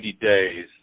days